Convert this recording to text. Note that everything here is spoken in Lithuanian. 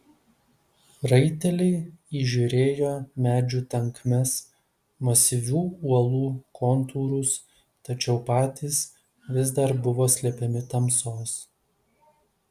raiteliai įžiūrėjo medžių tankmes masyvių uolų kontūrus tačiau patys vis dar buvo slepiami tamsos